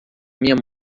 minha